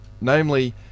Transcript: Namely